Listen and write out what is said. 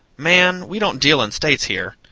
man, we don't deal in states here.